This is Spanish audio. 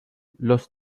los